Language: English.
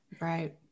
Right